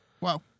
Wow